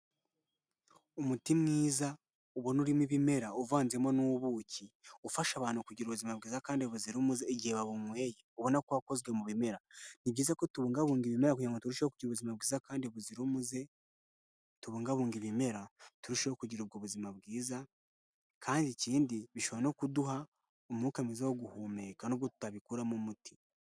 Umuti mwiza ubona urimo ibimera uvanzemo n'ubuki ufasha abantu kugira ubuzima bwiza kandi buzira umuze igihe wabawunyweyo ubona ko wakozwe mu bimera ni byiza ko tubungabunga ibimera kugira ngo turusheho kugira ubuzima bwiza kandi buzira umuze tubungabunga ibimera turusheho kugira ubwo ubuzima bwiza kandi ikindi bishobora no kuduha umwuka mwiza wo guhumeka nubwo tutabikoramo umuti.